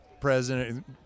president